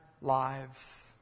lives